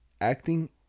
Acting